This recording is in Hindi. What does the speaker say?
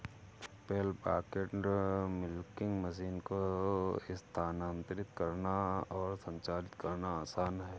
पेल बकेट मिल्किंग मशीन को स्थानांतरित करना और संचालित करना आसान है